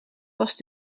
was